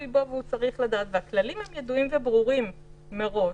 הכללים הם ידועים וברורים מראש,